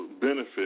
benefit